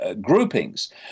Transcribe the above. groupings